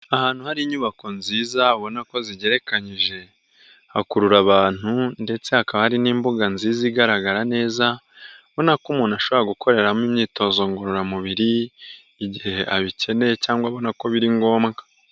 Ahantu hari inyubako nziza abona ko zigereranyije, hakurura abantu ndetse hakaba hari n'imbuga nziza igaragara neza, ubona ko umuntu ashobora gukoreramo imyitozo ngororamubiri, igihe abikeneye cyangwa abona ko biri ngombwa.